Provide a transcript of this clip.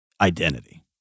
identity